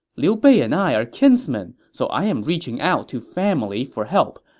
liu bei and i are kinsmen, so i am reaching out to family for help.